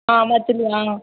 ஆ மத்திலி ஆ